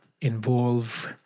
involve